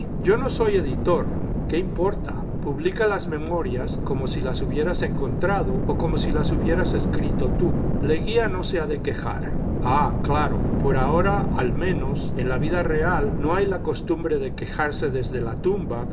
yo no soy editor iqué importa publica las memorias como si las hubieras encontrado o como si las hubieras escrito tú leguía no se ha de quejar jah jclaro por ahora al menos en la vida real no hay la costumbre de quejarse desde la tumba y